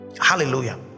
Hallelujah